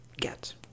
Get